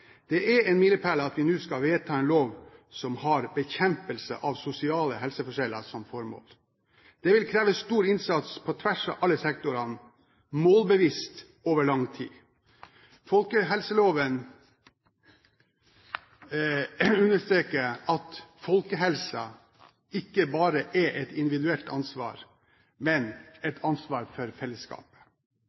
Det er en milepæl at vi nå skal vedta en lov som har bekjempelse av sosiale helseforskjeller som formål. Det vil kreve stor innsats på tvers av alle sektorene, målbevisst over lang tid. Folkehelseloven understreker at folkehelsen ikke bare er et individuelt ansvar, men et ansvar for fellesskapet.